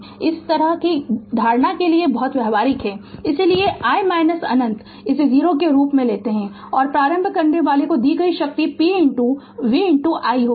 तो यह इस तरह की धारणा के लिए बहुत व्यावहारिक है इसलिए i अनंत इसे 0 के रूप में लें और प्रारंभ करनेवाला को दी गई शक्ति p v I होगी